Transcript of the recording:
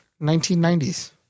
1990s